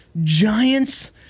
Giants